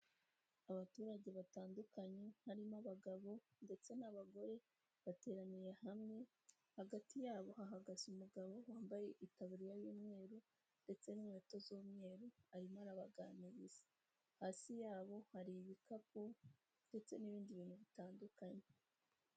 Abaturage batandukanye harimo: abagabo ndetse n'abagore bateraniye hamwe hagati yabo hahagaze umugabo wambaye itaburiya y'umweru ndetse n'inkweto z'umweru, arimo arabaganiriza hasi yabo hari ibikapu ndetse n'ibindi bintu bitandukanye.